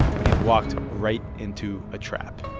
but he'd walked right into a trap.